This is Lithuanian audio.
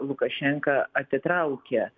lukašenka atitraukia